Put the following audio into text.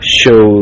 show